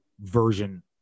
version